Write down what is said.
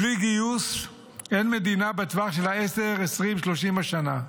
בלי גיוס אין מדינה בטווח של 10, 20, 30 שנה,